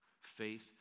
faith